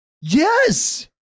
Yes